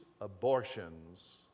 abortions